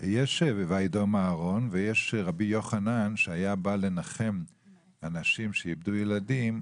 יש ויידום אהרון ויש רבי יוחנן שהיה בא לנחם אנשים שאיבדו ילדים,